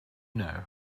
know